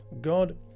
God